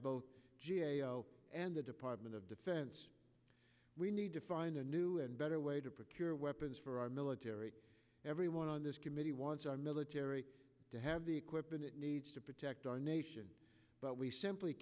both g a o and the department of defense we need to find a new and better way to procure weapons for our military everyone on this committee wants our military to have the equipment it needs to protect our nation but we simply